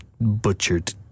butchered